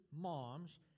moms